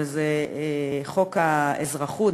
וזה חוק האזרחות,